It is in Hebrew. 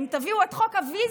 אם תביאו את חוק הוויזה,